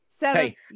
Hey